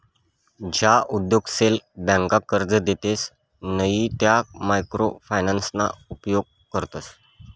ज्या उद्योगसले ब्यांका कर्जे देतसे नयी त्या मायक्रो फायनान्सना उपेग करतस